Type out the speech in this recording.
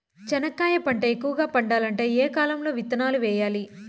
చెనక్కాయ పంట ఎక్కువగా పండాలంటే ఏ కాలము లో విత్తనాలు వేయాలి?